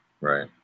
right